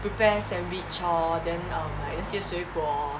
prepare sandwich lor then um like 那些水果